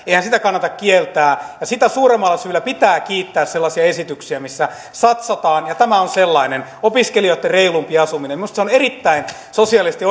eihän sitä kannata kieltää sitä suuremmalla syyllä pitää kiittää sellaisia esityksiä missä satsataan ja tämä on sellainen opiskelijoitten reilumpi asuminen minusta se on erittäin sosiaalisesti